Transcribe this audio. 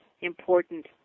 important